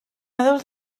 meddwl